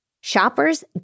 Shoppers